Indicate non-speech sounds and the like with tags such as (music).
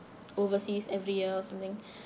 overseas every year or something (breath)